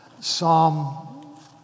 Psalm